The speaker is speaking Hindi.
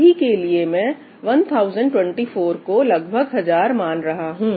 अभी के लिए मैं 1024 को लगभग हजार मान रहा हूं